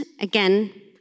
again